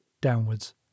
downwards